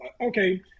okay